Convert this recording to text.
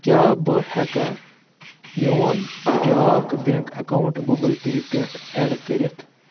کیٛاہ بہٕ ہیٚکا میون بیٛاکھ بینٛک اکاونٹ گوگٕل پے پٮ۪ٹھ ایڈ کٔرِتھ